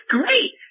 great